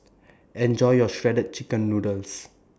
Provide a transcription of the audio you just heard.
Enjoy your Shredded Chicken Noodles